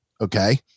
Okay